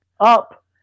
up